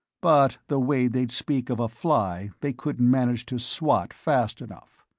but the way they'd speak of a fly they couldn't manage to swat fast enough.